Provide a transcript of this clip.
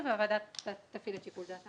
כשהוא מסיים את הטיפול ללא תשלום.